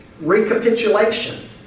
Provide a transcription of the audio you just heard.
Recapitulation